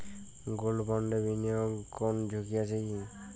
Gold বন্ডে বিনিয়োগে কোন ঝুঁকি আছে কি?